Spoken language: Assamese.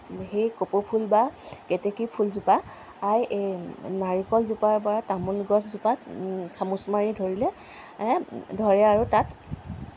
সেই কপৌ ফুল বা কেতেকী ফুলজোপা এই নাৰিকলজোপা বা তামোল গছজোপাত খামোছ মাৰি ধৰিলে ধৰি আৰু তাত